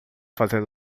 fazendo